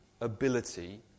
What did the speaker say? ability